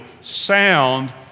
sound